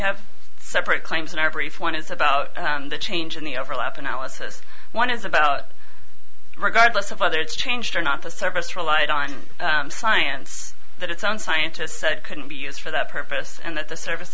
have separate claims in our brief one is about the change in the overlap analysis one is about regardless of whether it's changed or not the service relied on science that its own scientists said couldn't be used for that purpose and that the service